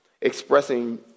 expressing